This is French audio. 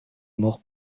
mort